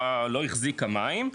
לא החזיקה מים,